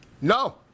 No